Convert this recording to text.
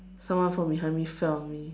someone from behind me fell on me